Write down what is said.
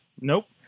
Nope